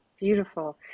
beautiful